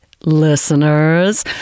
listeners